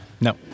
No